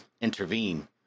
intervene